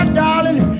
darling